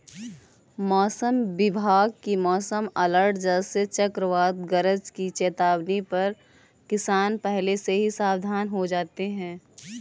मौसम विभाग की मौसम अलर्ट जैसे चक्रवात गरज की चेतावनी पर किसान पहले से ही सावधान हो जाते हैं